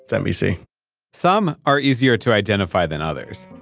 nbc some are easier to identify than others